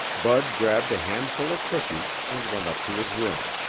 bud grabbed a handful of cookies and went up to his room.